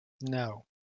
No